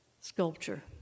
Sculpture